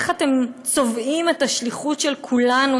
איך אתם צובעים את השליחות של כולנו,